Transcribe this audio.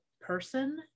person